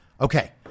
Okay